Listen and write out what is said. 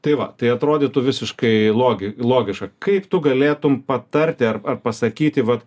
tai va tai atrodytų visiškai logi logiška kaip tu galėtum patarti ar ar pasakyti vat